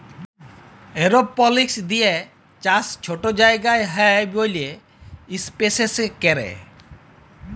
এরওপলিক্স দিঁয়ে চাষ ছট জায়গায় হ্যয় ব্যইলে ইস্পেসে ক্যরে